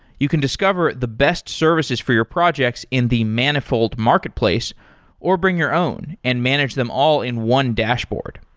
you can discover the best services for your projects in the manifold marketplace or bring your own and manage them all in one dashboard.